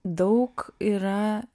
daug yra